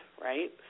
right